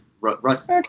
Russ